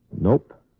Nope